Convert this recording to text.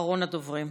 אחרון הדוברים.